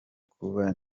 kuba